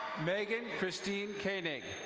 megan christine caning.